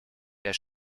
der